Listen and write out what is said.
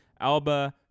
Alba